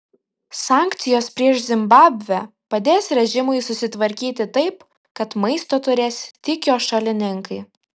sankcijos prieš zimbabvę padės režimui susitvarkyti taip kad maisto turės tik jo šalininkai